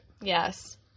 Yes